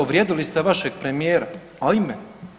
Uvrijedili ste vašeg premijera, ajme!